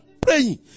praying